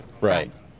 Right